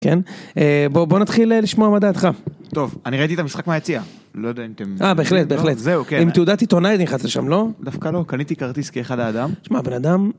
כן? בואו נתחיל לשמוע מה דעתך. טוב, אני ראיתי את המשחק מהיציאה. לא יודע אם אתם... אה, בהחלט, בהחלט. זהו, כן. עם תעודת עיתונאי נכנסת לשם, לא? דווקא לא, קניתי כרטיס כאחד האדם. שמע, בן אדם...